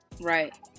Right